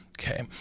Okay